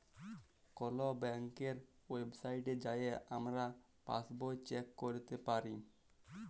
call ব্যাংকের ওয়েবসাইটে যাঁয়ে আমরা পাসবই চ্যাক ক্যইরতে পারি